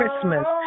Christmas